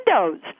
windows